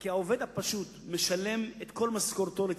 כי העובד הפשוט משלם את כל משכורתו לצריכה.